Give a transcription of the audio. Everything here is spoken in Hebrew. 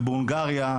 ובהונגריה,